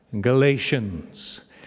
Galatians